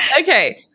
Okay